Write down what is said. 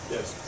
Yes